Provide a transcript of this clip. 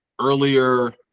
earlier